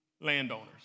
landowners